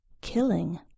Killing